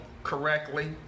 Correctly